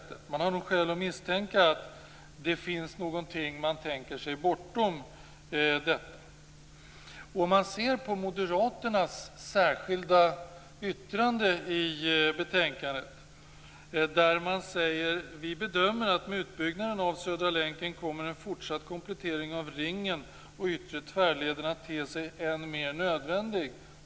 Det finns nog skäl att misstänka att man tänker sig någonting bortom detta. I Moderaternas särskilda yttrande säger man: "Vi bedömer vidare att med utbyggnaden av Södra länken kommer en fortsatt komplettering av Ringen och Yttre tvärleden att te sig än mer nödvändig."